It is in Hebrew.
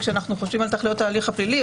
כשאנחנו חושבים על תכליות ההליך הפלילי,